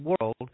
world